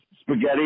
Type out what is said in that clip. spaghetti